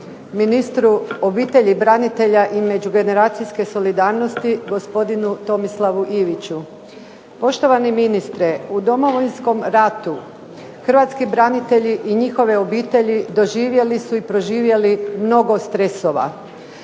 ministru obitelji, branitelja i međugeneracijske solidarnosti gospodinu Tomislavu Iviću. Poštovani ministre, u Domovinskom ratu hrvatski branitelji njihove obitelji doživjeli su i proživjeli mnogo stresova